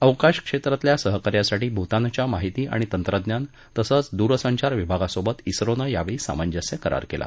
अवकाश क्षेत्रातल्या सहकार्यासाठी भूतानच्या माहिती आणि तंत्रज्ञान तसंच दूरसंचार विभागासोबत झोनं यावेळी सांमजस्य करार केला